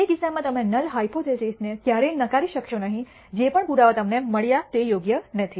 જે કિસ્સામાં તમે નલ હાયપોથીસિસને ક્યારેય નકારી શકશો નહીં જે પણ પુરાવા તમને મળ્યા તે યોગ્ય નથી